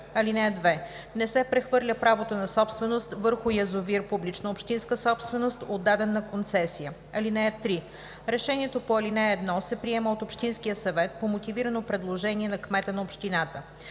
съвет. (2) Не се прехвърля правото на собственост върху язовир – публична общинска собственост, отдаден на концесия. (3) Решението по ал. 1 се приема от общинския съвет по мотивирано предложение на кмета на общината.